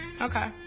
Okay